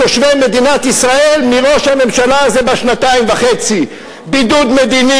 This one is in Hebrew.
אני מרשה לעצמי להעמיד את עצמי באותו מקום